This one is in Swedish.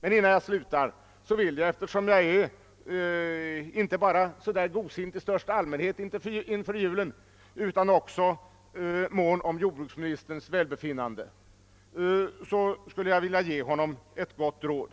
Men innan jag slutar skulle jag, eftersom jag inte bara är godsint i största allmänhet inför julen utan också mån om jordbruksministerns välbefinnande, vilja ge honom ett gott råd.